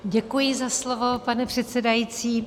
Děkuji za slovo, pane předsedající.